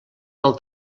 del